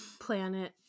planet